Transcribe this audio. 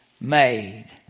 made